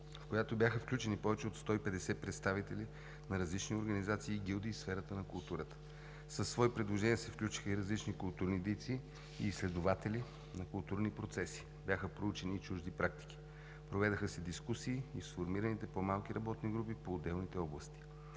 в която бяха включени повече от 150 представители на различни организации и гилдии в сферата на културата. Със свои предложения се включиха и различни културни дейци и изследователи на културни процеси. Бяха проучени и чужди практики. Проведоха се дискусии и в сформираните по-малки работни групи по отделните области.